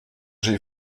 j’ai